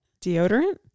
Deodorant